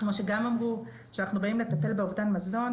כמו שגם אמרו שכאשר אנחנו באים לטפל באובדן מזון,